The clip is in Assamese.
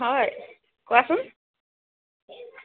হয় কোৱাচোন